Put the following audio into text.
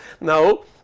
No